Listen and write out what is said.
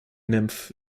nymph